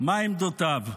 מה עמדותיו.